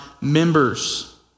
members